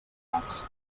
gats